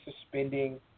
suspending